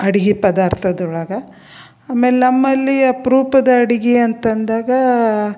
ಅಡ್ಗೆ ಪದಾರ್ಥದೊಳಗೆ ಆಮೇಲೆ ನಮ್ಮಲ್ಲಿ ಅಪರೂಪದ ಅಡ್ಗೆ ಅಂತಂದಾಗ